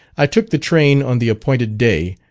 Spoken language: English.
i took the train on the appointed day,